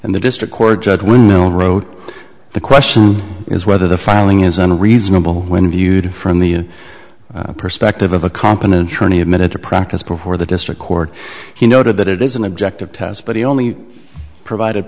and the district court judge will wrote the question is whether the filing is unreasonable when viewed from the perspective of a competent attorney admitted to practice before the district court he noted that it is an objective test but he only provided